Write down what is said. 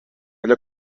allò